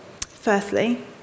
Firstly